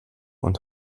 und